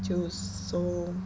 就 so